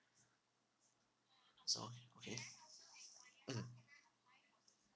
so okay okay mm